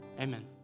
amen